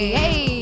hey